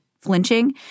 flinching